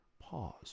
pause